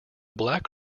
black